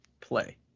play